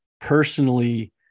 personally